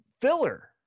filler